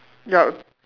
yup